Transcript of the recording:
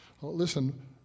Listen